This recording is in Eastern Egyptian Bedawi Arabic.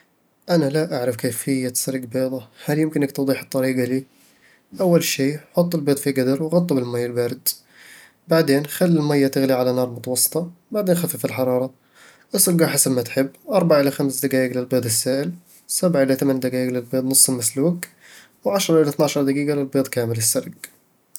أنا لا أعرف كيفية سلق بيضة. هل يمكنك توضيح الطريقة لي؟ أول شي حط البيض في قدر وغطه بالمية الباردة بعدين، خلي المية تغلي على نار متوسطة، وبعدين خفف الحرارة اسلقه حسب ما تحب، اربع الى خمس دقائق للبيض السائل، سبعة الى ثمانية دقائق للبيض النص مسلوق، وعشرة الى اثنا عشرة دقيقة للبيض كامل السلق.